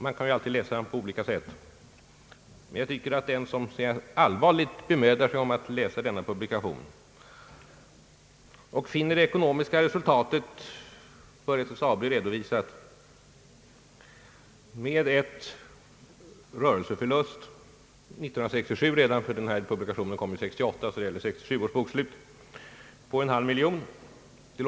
Man kan ju alltid läsa uttalanden på olika sätt, men den som allvarligt bemödar sig om att läsa denna publikation skall finna att när det gäller det ekonomiska resultatet för SSAB så redovisades en rörelseförlust redan år 1967 — publikationen kom ut under år 1968 och avser 1967 års bokslut — på en halv miljon kronor.